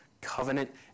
covenant